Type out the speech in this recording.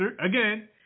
again